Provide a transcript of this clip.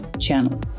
channel